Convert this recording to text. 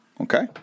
Okay